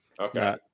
Okay